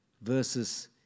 versus